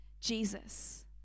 Jesus